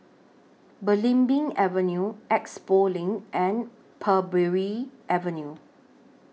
Belimbing Avenue Expo LINK and Parbury Avenue